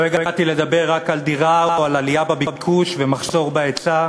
לא הגעתי לדבר רק על דירה או על עלייה בביקוש ומחסור בהיצע,